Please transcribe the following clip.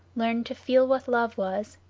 learned to feel what love was,